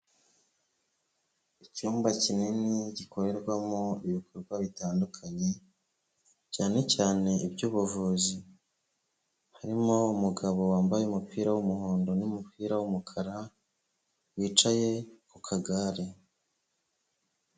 Icyumba kinini gikorerwamo ibikorwa bitandukanye, cyane cyane iby'ubuvuzi, harimo umugabo wambaye umupira w'umuhondo n'umupira w'umukara wicaye ku kagare.